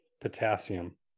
Potassium